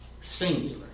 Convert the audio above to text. singular